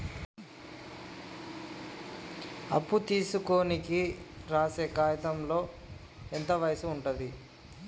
అప్పు తీసుకోనికి రాసే కాయితంలో ఎంత వయసు ఉంటది?